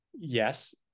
Yes